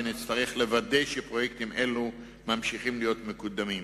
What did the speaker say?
ונצטרך לוודא שפרויקטים אלה ממשיכים להיות מקודמים.